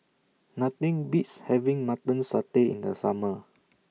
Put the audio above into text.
Nothing Beats having Mutton Satay in The Summer